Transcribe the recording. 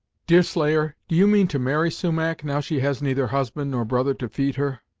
deerslayer, do you mean to marry sumach, now she has neither husband nor brother to feed her?